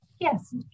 Yes